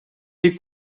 est